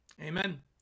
Amen